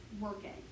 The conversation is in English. working